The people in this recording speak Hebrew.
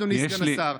אדוני סגן השר.